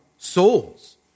souls